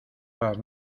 las